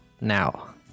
now